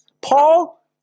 Paul